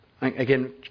again